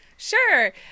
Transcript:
sure